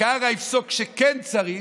וקרא יפסוק שכן צריך,